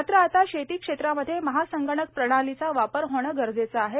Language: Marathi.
मात्र आता शेती क्षेत्रामध्ये महासंगणक प्रणालीचा वापर होणे गरजेचे आहे